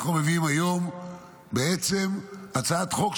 אנחנו מביאים היום הצעת חוק,